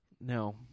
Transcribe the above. No